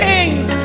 Kings